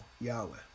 Yahweh